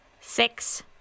six